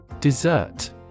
Dessert